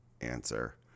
answer